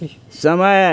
समय